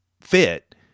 fit